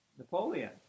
Napoleon